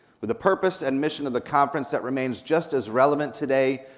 with a purpose and mission of the conference that remains just as relevant today,